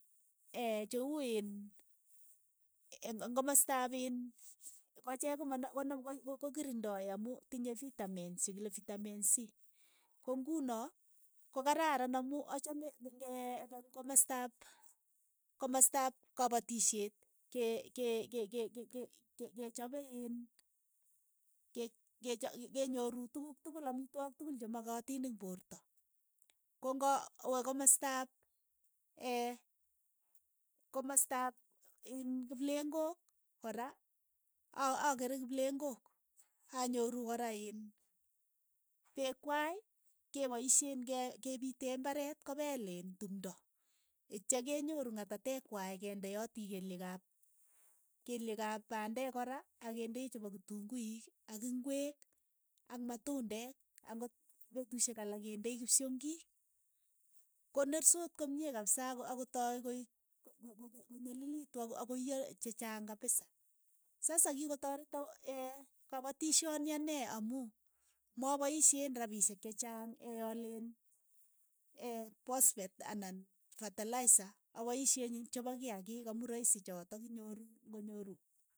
che uu iin eng' komostaap iin kocheek koma na kon ko kirindoi amu tinyei fitamins che kile fitamin sii, ko nguno ko kararan amu achame ngepe komastap komastap kapatishet ke- ke- ke- kechapei iin ke- ke kenyoru tukuuk tukul amitwogik tukul che makatiin eng' poorto, ngo kawe komostaap komostaap iin kipleng'ok kora a- akere kiplengok anyoru kora iin peekwai, kepoisheen ke kepitee mbareet kopeel iin tumndo, itchekenyoru ng'atateek kwai kendeati kelyeek ap kelyeek ap pandeek kora ak kendei chepo kitunguik ak ingweek ak matundeek ang'ot petushek alak kindei kipsyongiik, konersoot komie kapsa ako- akotae koek ko- ko- ko konyalilitu ako- ko koiyee che chaang kapisa, sasa kikotoreto kapatishoni anee amu mapaisheen rapishek che chaang aaleen pospet anan fatalaisa, apaishen che pa kiakiik amu raisi chotok kinyoruu konyoruu.